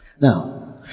Now